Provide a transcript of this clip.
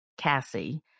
Cassie